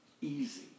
easy